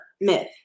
myth